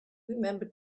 remembered